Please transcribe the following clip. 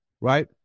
right